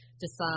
decide